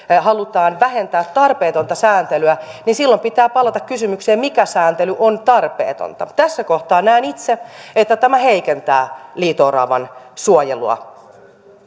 halutaan vähentää tarpeetonta sääntelyä niin silloin pitää palata kysymykseen mikä sääntely on tarpeetonta tässä kohtaa näen itse että tämä heikentää liito oravan suojelua